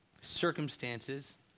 circumstances